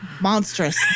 monstrous